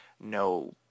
no